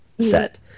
set